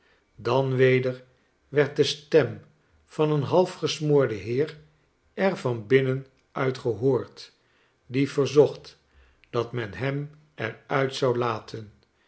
dan weder werd de stem van een halfgesmoorden heer er van binnen uit gehoord die verzocht datmen hem er uit zou laten